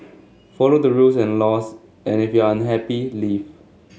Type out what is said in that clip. follow the rules and laws and if you're unhappy leave